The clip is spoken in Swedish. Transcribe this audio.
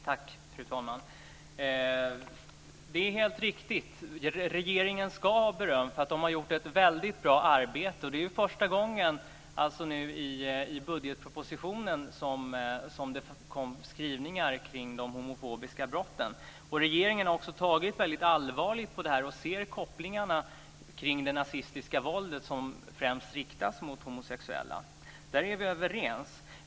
Fru talman! Det är helt riktigt att regeringen ska ha beröm. Den har gjort ett väldigt bra arbete. Det är första gången som det finns skrivningar i budgetpropositionen om de homofobiska brotten. Regeringen har också tagit väldigt allvarligt på detta och ser kopplingarna till det nazistiska våldet som främst riktas om homosexuella. Där är vi överens.